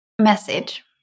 message